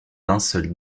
linceul